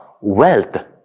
wealth